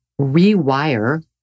rewire